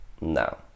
No